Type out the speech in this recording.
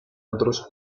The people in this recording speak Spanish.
otros